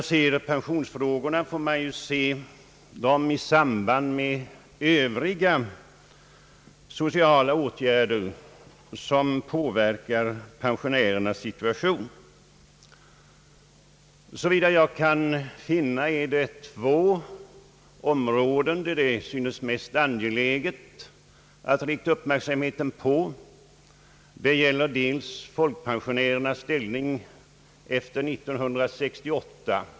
även pensionsfrågorna får ses i samband med övriga sociala åtgärder som påverkar pensionärernas situation. Såvitt jag kan finna är det två områden som synes vara de mest angelägna att rikta uppmärksamheten på. Det gäller dels folkpensionärernas ställning efter år 1968.